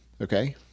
okay